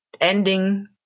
ending